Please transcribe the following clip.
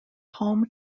home